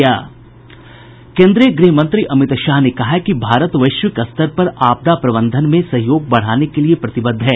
केन्द्रीय गृहमंत्री अमित शाह ने कहा है कि भारत वैश्विक स्तर पर आपदा प्रबंधन में सहयोग बढ़ाने के लिए प्रतिबद्ध है